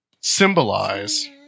symbolize